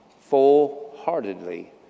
full-heartedly